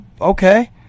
okay